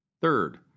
Third